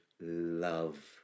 love